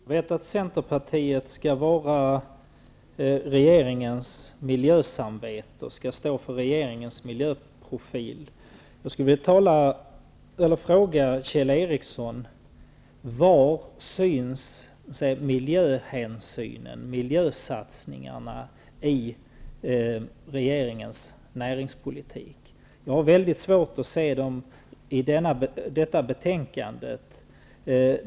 Herr talman! Jag vet att Centerpartiet skall vara regeringens miljösamvete och stå för regeringens miljöprofil. Jag skulle vilja fråga Kjell Ericsson: Var syns miljöhänsynen, miljösatsningarna i regeringens näringspolitik? Jag har väldigt svårt att se några sådana satsningar i detta betänkande.